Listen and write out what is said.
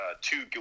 two